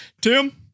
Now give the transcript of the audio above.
Tim